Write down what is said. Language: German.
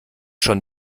schon